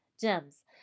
gems